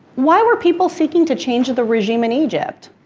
why were people seeking to change the regime in egypt?